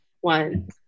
one